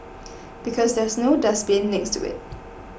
because there's no dustbin next to it